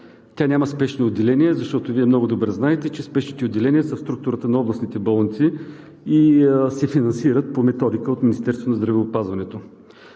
Тя няма спешни отделения, защото Вие много добре знаете, че спешните отделения са структурата на областните болници и се финансират по методика от Министерството на здравеопазването.